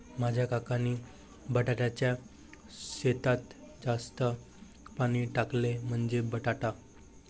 माझ्या काकांनी बटाट्याच्या शेतात जास्त पाणी टाकले, म्हणजे बटाटा